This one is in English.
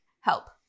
Help